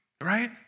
Right